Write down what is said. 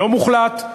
לא מוחלט,